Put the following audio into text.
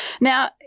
Now-